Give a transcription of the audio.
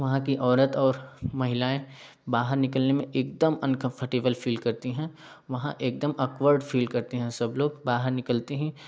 वह कि औरत और महिलाएँ बाहर निकलने में एकदम अनकंफर्टेबल फ़ील करती हैं वहाँ एकदम अकवर्ड फ़ील करती हैं सब लोग बाहर निकलते ही